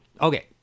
Okay